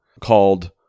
called